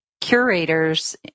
curators